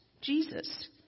Jesus